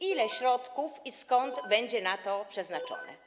Ile środków, i skąd, będzie na to przeznaczonych?